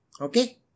Okay